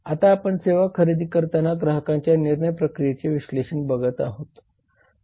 आता आपण सेवा खरेदी करताना ग्राहकांच्या निर्णय प्रक्रियेचे विश्लेषण बघत आहोत